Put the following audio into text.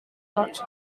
project